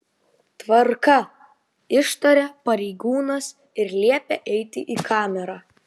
tvarka ištaria pareigūnas ir liepia eiti į kamerą